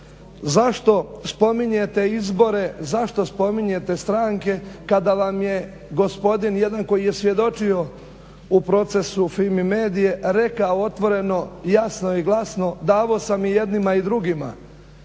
Zašto spominjete izbore? Zašto spominjete stranke kada vam je gospodin jedan koji je svjedočio u procesu FIMI Medije rekao otvoreno jasno i glasno davao sam i jednima i drugima.